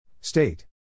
State